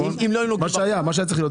מה שהיה צריך להיות,